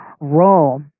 role